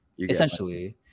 Essentially